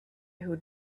who